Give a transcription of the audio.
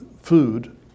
food